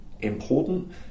important